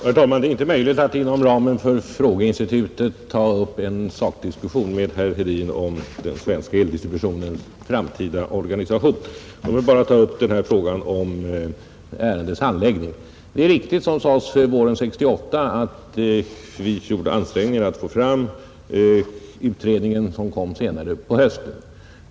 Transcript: Herr talman! Det är inte möjligt att inom ramen för frågeinstitutet ta upp en sakdiskussion med herr Hedin om den svenska eldistributionens framtida organisation. Jag vill bara ta upp frågan om ärendets handläggning. Det är riktigt, som sades, att vi våren 1968 gjorde ansträngningar att få fram utredningen, som kom senare på hösten.